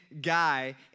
guy